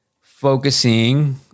focusing